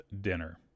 dinner